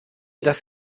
dass